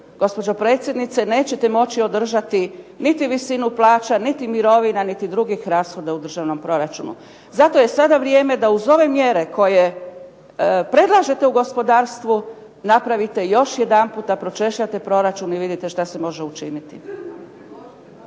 gospođo predsjednice nećete moći održati niti visinu plaća, niti mirovina, niti drugih rashoda u državnom proračunu. Zato je sada vrijeme da uz ove mjere koje predlažete u gospodarstvu napravite još jedanput da pročešljate proračun i vidite šta se može učiniti.